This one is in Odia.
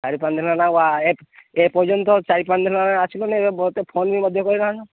ଚାରି ପାଞ୍ଚ ଦିନ ନା ପର୍ଯ୍ୟନ୍ତ ଚାରି ପାଞ୍ଚ ଦିନ ଆସିବନି ଏବେ ମୋତେ ଫୋନ ବି ମଧ୍ୟ କରିନାହଁ